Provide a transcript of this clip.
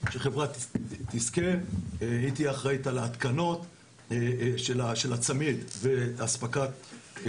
שהחברה שתזכה תהיה אחראית על ההתקנות של הצמיד ואת האספקה.